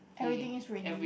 everything is ready